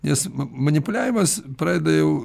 nes manipuliavimas pradeda jau